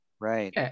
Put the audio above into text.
right